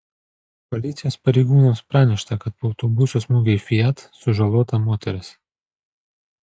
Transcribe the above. policijos pareigūnams pranešta kad po autobuso smūgio į fiat sužalota moteris